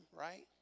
right